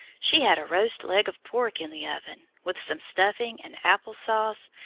she had a roast leg of pork in the oven, with some stuffing and apple sauce,